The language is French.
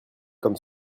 comme